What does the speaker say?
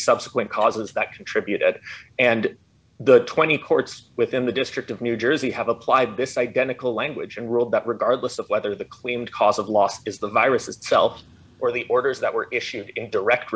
subsequent causes that contributed and the twenty courts within the district of new jersey have applied this identical language and ruled that regardless of whether the claimed cause of lost is the virus itself or the orders that were issued in direct